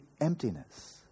emptiness